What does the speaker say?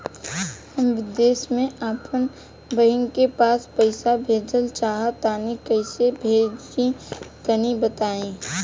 हम विदेस मे आपन बहिन के पास पईसा भेजल चाहऽ तनि कईसे भेजि तनि बताई?